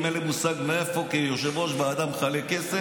מה שאתה מספר.